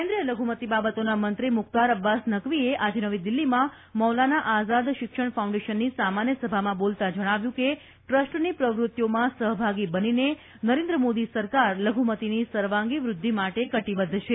કેન્દ્રિય લઘુમતિ બાબતોના મંત્રી મુશ્વાર અબ્બાસ નકવીએ આજે નવી દિલ્હીમાં મૌલાના આઝાદ શિક્ષણ ફાઉન્ડેશનની સામાન્ય સભામાં બોલતાં જજ્ઞાવ્યું કે ટ્રસ્ટની પ્રવૃત્તિઓમાં સહભાગી બનીને નરેન્દ્ર મોદી સરકાર લઘુમતિની સર્વાંગી વૃદ્ધિ માટે કટિબદ્ધ છે